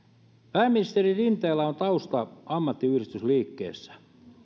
pääministeri rinteellä on tausta ammattiyhdistysliikkeessä